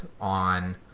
on